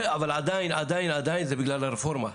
בסדר, אבל עדיין זה בגלל הרפורמה.